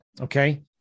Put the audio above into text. okay